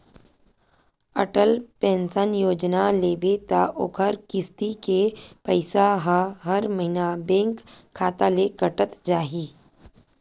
Atal pension योजना लेबे त ओखर किस्ती के पइसा ह हर महिना बेंक खाता ले कटत जाही